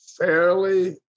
fairly